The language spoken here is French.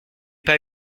pas